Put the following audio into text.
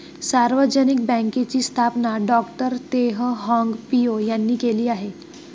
सार्वजनिक बँकेची स्थापना डॉ तेह हाँग पिओ यांनी केली आहे